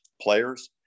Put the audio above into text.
players